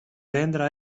δέντρα